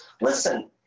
Listen